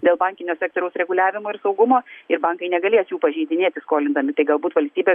dėl bankinio sektoriaus reguliavimo ir saugumo ir bankai negalės jų pažeidinėti skolindami tai galbūt valstybė